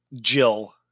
Jill